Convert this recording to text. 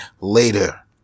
later